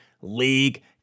league